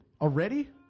already